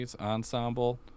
ensemble